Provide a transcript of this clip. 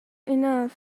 enough